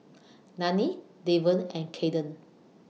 Dannie Devon and Caden